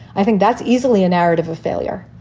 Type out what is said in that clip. i think that's easily a narrative of failure.